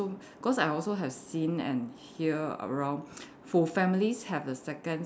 cause I also have seen and hear around for families have the second